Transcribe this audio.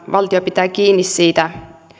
valtio pitää kiinni siitä